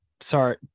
Sorry